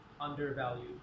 undervalued